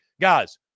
Guys